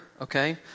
okay